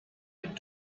had